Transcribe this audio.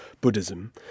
Buddhism